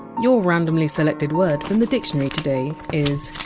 your randomly selected word from the dictionary today is!